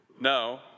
No